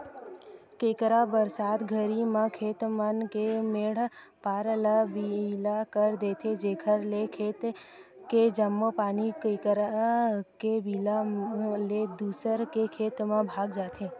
केंकरा बरसात घरी म खेत मन के मेंड पार म बिला कर देथे जेकर ले खेत के जम्मो पानी केंकरा के बिला ले दूसर के खेत म भगा जथे